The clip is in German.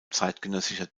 zeitgenössischer